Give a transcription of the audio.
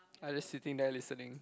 I just sitting there listening